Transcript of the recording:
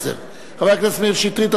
התשע"א 2010. חבר הכנסת מאיר שטרית,